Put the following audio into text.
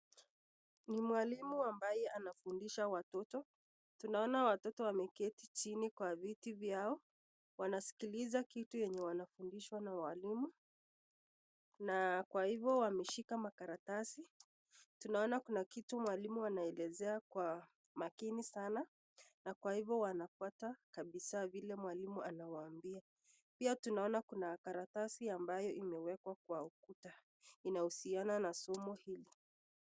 Ni mwalimu ambaye anafundisha watoto, tunaona wato wameketi chini kwa viti vyao ,wanasikilisa kitu anambuwa na mwalimu na Kwa hivyo wameshika makaratasi tunaona kuna kitu mwalimu anaelezea kwa makini sana na kwa hivyo wanafuata kabisa vile mwalimu anawaambia pia tunaona karatasi ambao imewekwa kwa ukuta inauzia a na somo hili.